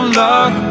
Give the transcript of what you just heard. luck